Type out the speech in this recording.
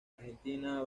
argentina